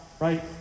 right